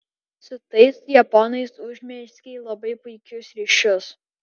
su tais japonais užmezgei labai puikius ryšius